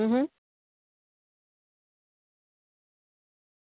હમ હમ